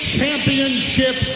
Championship